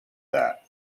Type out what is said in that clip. that